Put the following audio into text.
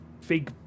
fake